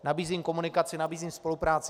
Nabízím komunikaci, nabízím spolupráci.